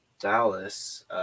Dallas